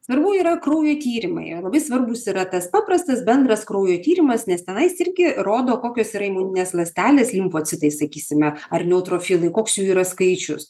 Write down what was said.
svarbu yra kraujo tyrimai labai svarbus yra tas paprastas bendras kraujo tyrimas nes tenais irgi rodo kokios yra imuninės ląstelės limfocitai sakysime ar neutrofilai koks jų yra skaičius